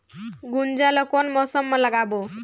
गुनजा ला कोन मौसम मा लगाबो?